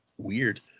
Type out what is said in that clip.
weird